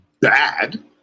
bad